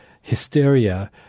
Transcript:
hysteria